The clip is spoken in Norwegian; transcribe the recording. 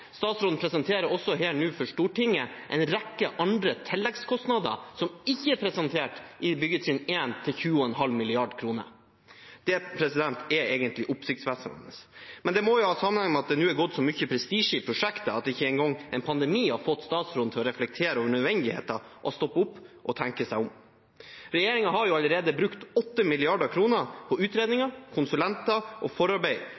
Statsråden presenterer også nå for Stortinget en rekke tilleggskostnader i byggetrinn 1 som ikke er presentert, til 20,5 mrd. kr. Det er egentlig oppsiktsvekkende. Det må ha sammenheng med at det nå har gått så mye prestisje i prosjektet at ikke engang en pandemi har fått statsråden til å reflektere over nødvendigheten, stoppe opp og tenke seg om. Regjeringen har jo allerede brukt 8 mrd. kr på utredninger, konsulenter og forarbeid,